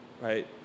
right